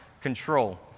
control